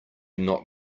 not